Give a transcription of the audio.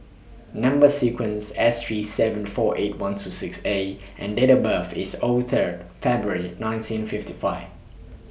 Number sequence S three seven four eight one two six A and Date of birth IS O Third February nineteen fifty five